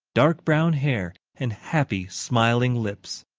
dark brown hair and happy, smiling lips.